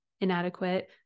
inadequate